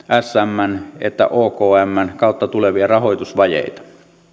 smn että okmn kautta tulevia rahoitusvajeita